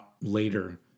later